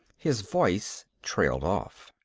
his voice trailed off.